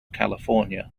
california